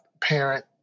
parent